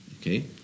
Okay